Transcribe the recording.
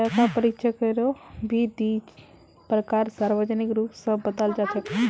लेखा परीक्षकेरो भी दी प्रकार सार्वजनिक रूप स बताल जा छेक